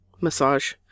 massage